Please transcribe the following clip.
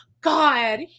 God